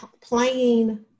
playing